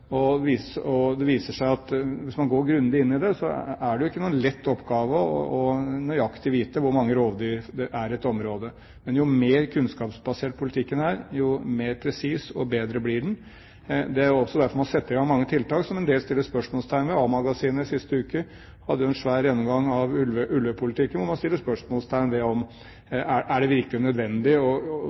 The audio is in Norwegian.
og det viser seg at hvis man går grundig inn i det, er det ingen lett oppgave nøyaktig å vite hvor mange rovdyr det er i et område. Men jo mer kunnskapsbasert politikken er, jo mer presis og bedre blir den. Det er også derfor man setter i gang mange tiltak som en del setter spørsmålstegn ved. A-magasinet hadde sist uke en stor gjennomgang av ulvepolitikken hvor man stiller spørsmål ved om det virkelig er nødvendig å gå så grundig til verks for å merke dyr og kontrollere dem. Det gjør man selvfølgelig for å